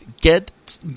get